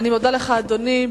אני מודה לך, אדוני.